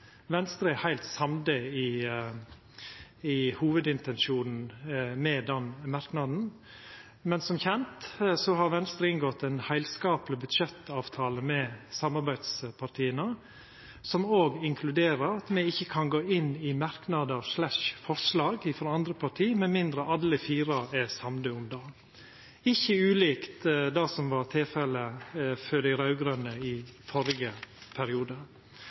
Venstre er heilt samd i hovudintensjonen med den merknaden, men som kjent har Venstre inngått ein heilskapleg budsjettavtale med samarbeidspartia som òg inkluderer at me ikkje kan gå inn i merknadar/forslag frå andre parti, med mindre alle fire er samde om det – ikkje ulikt det som var tilfellet for dei raud-grøne i førre periode.